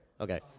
Okay